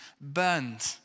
burned